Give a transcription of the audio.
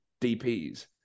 dps